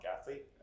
Athlete